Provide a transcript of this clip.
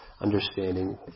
understanding